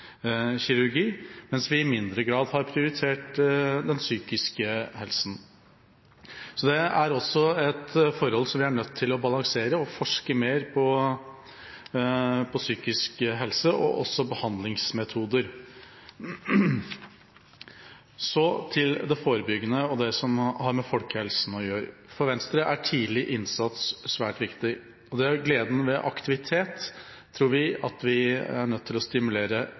kirurgi, mens vi i mindre grad har prioritert den psykiske helsen. Det er også et forhold som vi er nødt til å balansere – vi må forske mer på psykisk helse og behandlingsmetoder. Så til det forebyggende og det som har med folkehelsen å gjøre. For Venstre er tidlig innsats svært viktig. Gleden ved aktivitet tror vi at vi er nødt til å stimulere